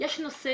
יש נושא